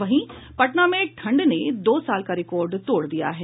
वहीं पटना में ठंड ने दो साल का रिकॉर्ड तोड़ दिया है